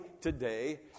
today